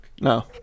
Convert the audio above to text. No